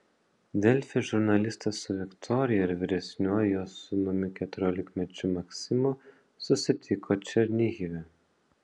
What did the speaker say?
delfi žurnalistas su viktorija ir vyresniuoju jos sūnumi keturiolikmečiu maksimu susitiko černihive